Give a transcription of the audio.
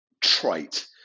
trite